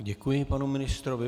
Děkuji panu ministrovi.